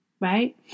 right